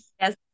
Yes